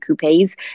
coupes